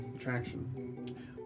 ...attraction